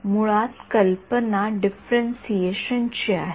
मुळात कल्पना डिफरन्शियेशन ची आहे